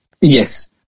Yes